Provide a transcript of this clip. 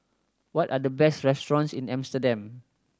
what are the best restaurant in Amsterdam